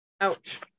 ouch